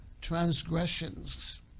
transgressions